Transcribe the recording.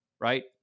right